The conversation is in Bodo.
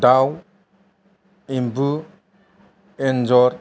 दाव एम्बु एनजर